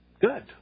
Good